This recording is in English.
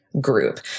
group